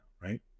right